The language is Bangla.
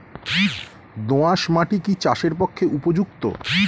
দোআঁশ মাটি কি চাষের পক্ষে উপযুক্ত?